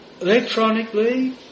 electronically